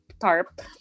TARP